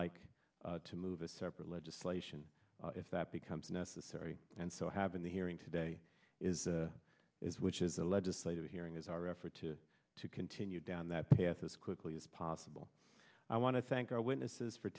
like to move a separate legislation if that becomes necessary and so having the hearing today is the is which is a legislative hearing is our effort to to continue down that path as quickly as possible i want to thank our witnesses for